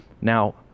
Now